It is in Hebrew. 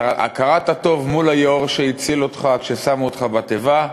הכרת הטוב מול היאור שהציל אותך כששמו אותך בתיבה.